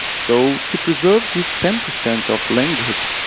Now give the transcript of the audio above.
so to preserve this ten percent of language,